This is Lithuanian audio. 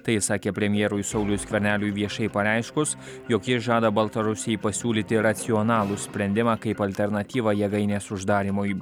tai sakė premjerui sauliui skverneliui viešai pareiškus jog jis žada baltarusijai pasiūlyti racionalų sprendimą kaip alternatyvą jėgainės uždarymui